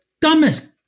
dumbest